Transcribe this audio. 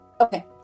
Okay